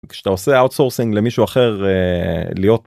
כשאתה עושה אאוטסורסינג למישהו אחר להיות.